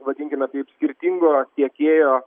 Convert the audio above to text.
vadinkime taip skirtingo tiekėjo